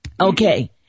Okay